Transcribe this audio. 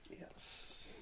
Yes